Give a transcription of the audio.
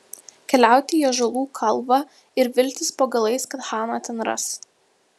keliauti į ąžuolų kalvą ir viltis po galais kad haną ten ras